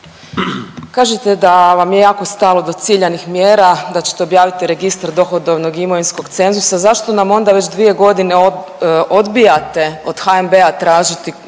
Kažete da vam je jako stalo do ciljanih mjera da ćete objaviti registar dohodovnog imovinskog cenzusa zašto nam onda već dvije godine odbijate od HNB-a tražiti